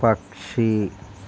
పక్షి